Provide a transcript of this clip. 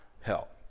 help